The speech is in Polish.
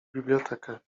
bibliotekę